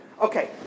Okay